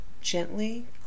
Gently